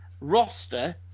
roster